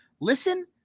Listen